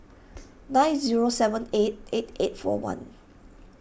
nine zero seven eight eight eight four one